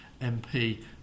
MP